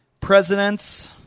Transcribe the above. presidents